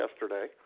yesterday